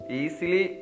easily